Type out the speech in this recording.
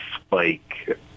spike